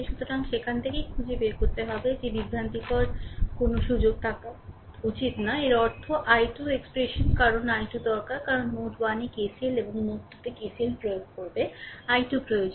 সুতরাং সেখান থেকে খুঁজে বের করতে পারে যে বিভ্রান্তির কোনও সুযোগ থাকা উচিত নয় এর অর্থ i2 এক্সপ্রেশন কারণ i2 দরকার কারণ নোড 1 এ KCL এবং নোড 2 এ KCL প্রয়োগ করবে i2 প্রয়োজন